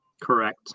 Correct